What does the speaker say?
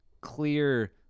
clear